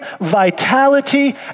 vitality